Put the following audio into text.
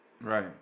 right